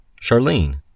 Charlene